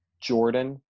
jordan